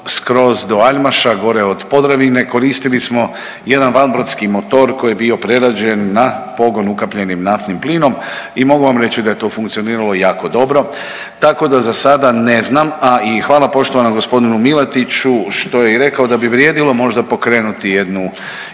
skroz do Aljmaša gore od Podravine, koristili smo jedan vanbrodski motor koji je bio prerađen na pogon ukapljenim naftnim plinom. I mogu vam reći da je to funkcioniralo jako dobro. Tako da za sada ne znam, a i hvala poštovanom gospodinu Milatiću što je i rekao da bi vrijedilo možda pokrenuti jednu